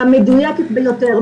המדויקת ביותר,